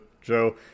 Joe